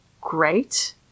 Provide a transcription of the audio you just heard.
great